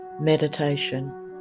Meditation